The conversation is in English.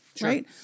right